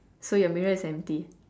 so your mirror is empty